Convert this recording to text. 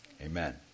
Amen